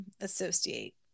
associate